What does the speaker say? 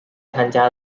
参加